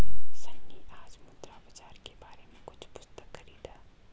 सन्नी आज मुद्रा बाजार के बारे में कुछ पुस्तक खरीदा